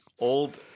Old